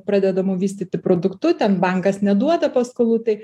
pradedamu vystyti produktu ten bankas neduoda paskolų tai